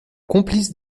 complice